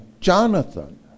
Jonathan